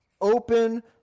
open